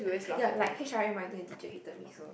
ya like H_R_M I think the teacher hated me so